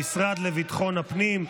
המשרד לביטחון הפנים,